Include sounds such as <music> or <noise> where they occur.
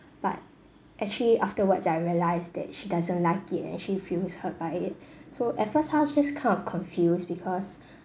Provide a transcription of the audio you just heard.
but actually afterwards I realised that she doesn't like it and she feels hurt by it <breath> so at first I was just kind of confused because